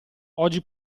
oggi